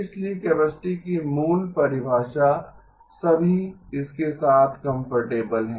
इसलिए कैपेसिटी की मूल परिभाषा सभी इसके साथ कम्फ़र्टेबल हैं